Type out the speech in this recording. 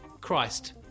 Christ